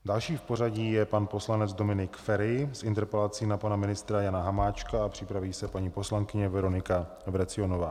Dalším v pořadí je pan poslanec Dominik Feri s interpelací na pana ministra Jana Hamáčka a připraví se paní poslankyně Veronika Vrecionová.